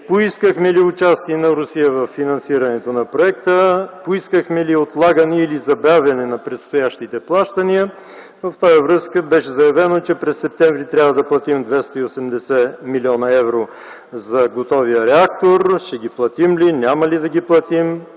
Поискахме ли участие на Русия във финансирането на проекта? Поискахме ли отлагане или забавяне на предстоящите плащания? В тази връзка беше заявено, че през м. септември т.г. трябва да платим 280 млн. евро за готовия реактор – ще ги платим ли, няма ли да ги платим?